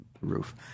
roof